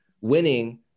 winning